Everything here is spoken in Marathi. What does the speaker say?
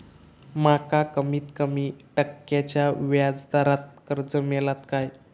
माका कमीत कमी टक्क्याच्या व्याज दरान कर्ज मेलात काय?